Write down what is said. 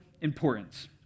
importance